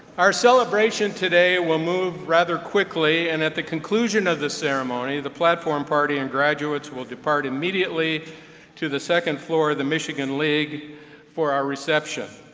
our celebration today will move rather quickly, and at the conclusion of the ceremony, the platform party and graduates will depart immediately to the second floor of the michigan league for our reception.